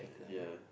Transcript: ya